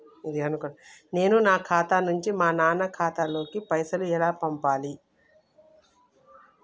నేను నా ఖాతా నుంచి మా నాన్న ఖాతా లోకి పైసలు ఎలా పంపాలి?